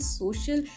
social